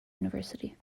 university